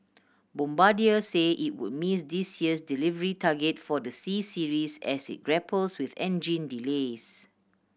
bombardier say it would miss this year's delivery target for the C Series as it grapples with engine delays